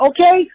Okay